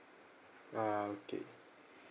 ah okay